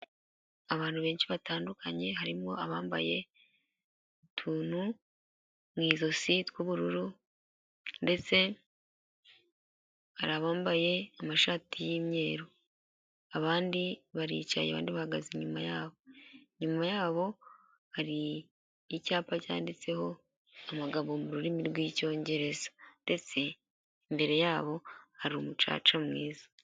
Abantu benshi batandukanye harimo abambaye utuntu mu ijosi tw'ubururu ndetse hari abambaye amashati y'imyeru, abandi baricaye abandi bahagaze inyuma yabo, inyuma yabo hari icyapa cyanditseho amagambo mu rurimi rw'icyongereza ndetse imbere yabo hari umucaca mwiza.